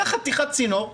קח חתיכת צינור,